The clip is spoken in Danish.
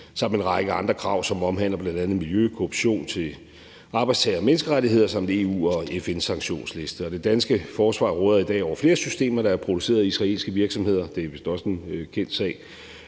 samt en række andre krav, som omhandler bl.a. miljø, korruption, arbejdstager- og menneskerettigheder samt EU og FN's sanktionsliste, og det danske forsvar råder i dag over flere systemer, der er produceret af israelske virksomheder – det er vist også en kendt sag